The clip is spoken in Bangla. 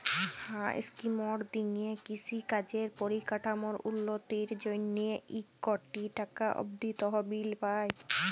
হাঁ ইস্কিমট দিঁয়ে কিষি কাজের পরিকাঠামোর উল্ল্যতির জ্যনহে ইক কটি টাকা অব্দি তহবিল পায়